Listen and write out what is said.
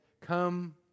Come